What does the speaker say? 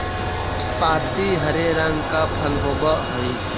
नाशपाती हरे रंग का फल होवअ हई